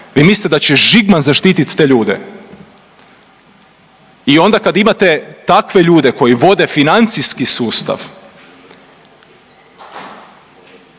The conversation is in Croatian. Vi mislite da će Žigman zaštiti te ljude? I onda kad imate takve ljude koji vode financijski sustav